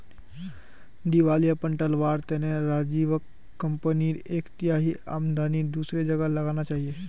दिवालियापन टलवार तने राजीवक कंपनीर एक तिहाई आमदनी दूसरी जगह लगाना चाहिए